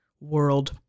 world